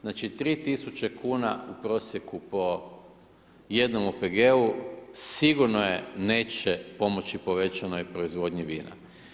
Znači 3 tisuće kuna u prosjeku po jednom OPG-u, sigurno neće pomoći povećanoj proizvodnji vina.